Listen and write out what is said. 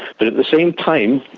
but at the same time,